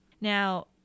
Now